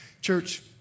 Church